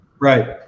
Right